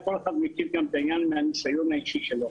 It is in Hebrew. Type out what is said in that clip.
כל אחד מכיר גם את העניין מהניסיון האישי שלו.